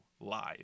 live